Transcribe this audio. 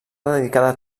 dedicada